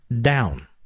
down